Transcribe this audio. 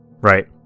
right